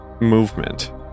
movement